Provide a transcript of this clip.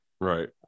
Right